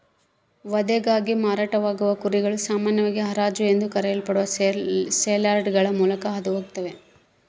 ವಧೆಗಾಗಿ ಮಾರಾಟವಾಗುವ ಕುರಿಗಳು ಸಾಮಾನ್ಯವಾಗಿ ಹರಾಜು ಎಂದು ಕರೆಯಲ್ಪಡುವ ಸೇಲ್ಯಾರ್ಡ್ಗಳ ಮೂಲಕ ಹಾದು ಹೋಗ್ತವ